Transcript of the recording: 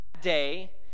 day